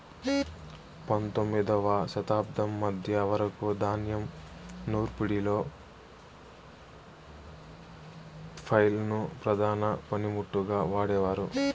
పందొమ్మిదవ శతాబ్దం మధ్య వరకు ధాన్యం నూర్పిడిలో ఫ్లైల్ ను ప్రధాన పనిముట్టుగా వాడేవారు